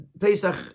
Pesach